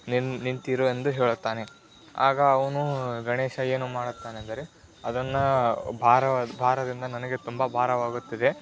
ನಿನ್ನ ನಿಂತಿರು ಎಂದು ಹೇಳುತ್ತಾನೆ ಆಗ ಅವನು ಗಣೇಶ ಏನು ಮಾಡುತ್ತಾನೆಂದರೆ ಅದನ್ನು ಭಾರವಾ ಭಾರದಿಂದ ನನಗೆ ತುಂಬ ಭಾರವಾಗುತ್ತಿದೆ